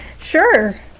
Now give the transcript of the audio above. Sure